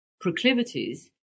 proclivities